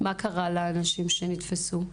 מה קרה לאנשים שנתפסו?